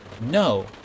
No